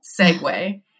segue